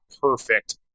perfect